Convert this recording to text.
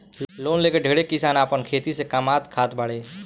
loan लेके ढेरे किसान आपन खेती से कामात खात बाड़े